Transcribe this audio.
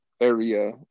area